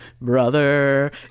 Brother